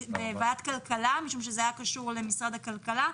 בוועדת הכלכלה, משום שזה היה קשור למשרד הכלכלה.